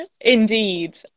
Indeed